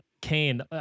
Kane